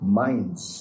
minds